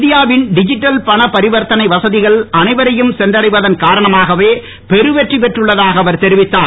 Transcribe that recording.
இந்தியாவின் டிஜிட்டல் பண பரிவர்த்தனை வசதிகள் அனைவரையும் சென்றடைவதன் காரணமாகவே பெறு வெற்றி பெற்றுள்ளதாக அவர் தெரிவித்தார்